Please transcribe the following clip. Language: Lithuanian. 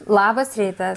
labas rytas